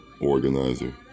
Organizer